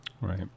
Right